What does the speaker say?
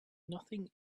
nothing